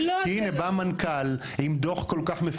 כי הנה בא מנכ"ל עם דו"ח כל כך מפורט,